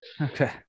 Okay